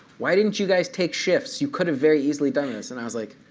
why didn't you guys take shifts? you could have very easily done this. and i was like,